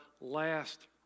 last